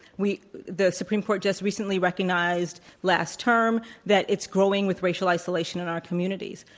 we the supreme court just recently recognized last term that it's growing with racial isolation in our communities.